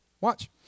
Watch